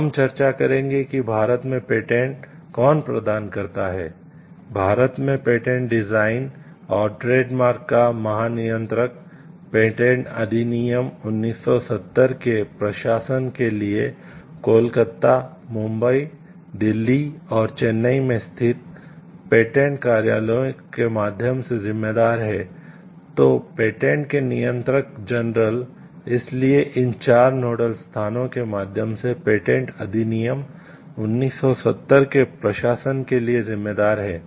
हम चर्चा करेंगे कि भारत में पेटेंट अधिनियम 1970 के प्रशासन के लिए जिम्मेदार हैं